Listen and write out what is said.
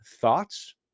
thoughts